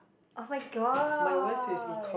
oh-my-god